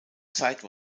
site